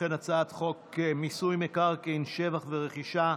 לכן הצעת חוק מיסוי מקרקעין (שבח ורכישה)